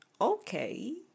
Okay